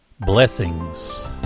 Blessings